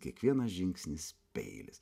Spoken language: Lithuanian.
kiekvienas žingsnis peilis